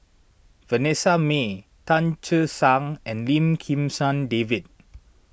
Vanessa Mae Tan Che Sang and Lim Kim San David